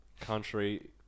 country